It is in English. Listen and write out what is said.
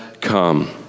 come